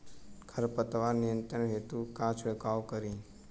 खर पतवार नियंत्रण हेतु का छिड़काव करी?